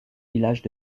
villages